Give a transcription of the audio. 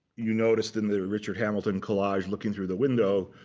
you noticed, in the richard hamilton collage looking through the window,